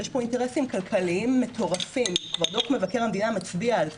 יש פה אינטרסים כלכליים מטורפים ודו"ח מבקר המדינה מצביע על זה,